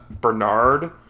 Bernard